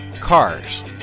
Cars